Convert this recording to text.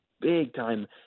big-time